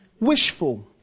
Wishful